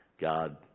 God